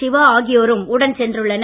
சிவா ஆகியோரும் உடன் சென்றுள்ளனர்